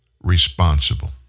responsible